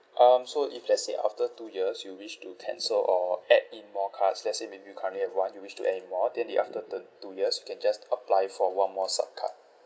um so if let's say after two years you wish to cancel or add in more cards let's say maybe you currently have one you wish to add in more then the after the two years you can just apply for one more sup card